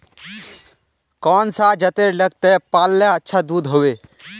कौन सा जतेर लगते पाल्ले अच्छा दूध होवे?